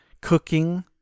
cooking